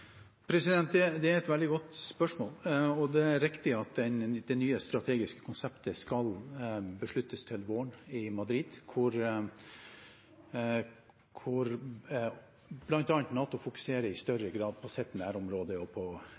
Det er et veldig godt spørsmål. Det er riktig at det nye strategiske konseptet skal besluttes til våren, i Madrid, der NATO bl.a. i større grad fokuserer på sitt nærområde og på